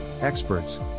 experts